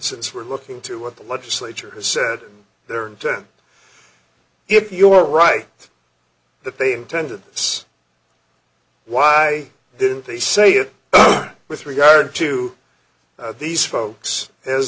since we're looking to what the legislature has said there are ten if you are right that they intended this why didn't they say it with regard to these folks as